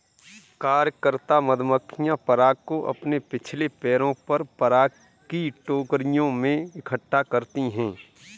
कार्यकर्ता मधुमक्खियां पराग को अपने पिछले पैरों पर पराग की टोकरियों में इकट्ठा करती हैं